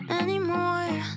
anymore